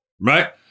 right